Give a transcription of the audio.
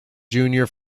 junior